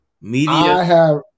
media